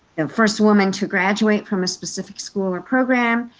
and first woman to graduate from a specific school or program,